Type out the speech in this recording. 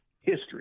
history